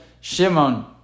Shimon